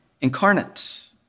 incarnate